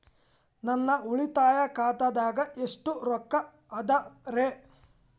ನನ್ನ ಉಳಿತಾಯ ಖಾತಾದಾಗ ಎಷ್ಟ ರೊಕ್ಕ ಅದ ರೇ?